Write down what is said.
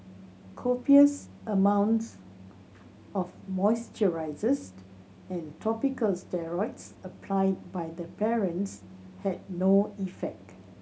copious amounts of moisturisers and topical steroids applied by the parents had no effect